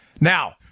Now